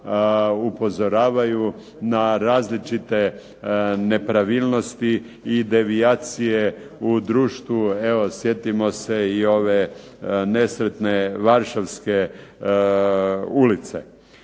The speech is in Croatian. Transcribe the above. upozoravaju na različite nepravilnosti i devijacije u društvu. Evo, sjetimo se i ove nesretne Varšavske ulice.